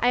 i